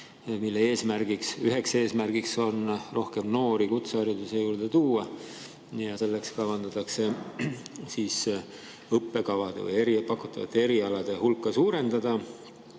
mille üheks eesmärgiks on rohkem noori kutsehariduse juurde tuua. Selleks kavandatakse õppekavade või pakutavate erialade hulka suurendada,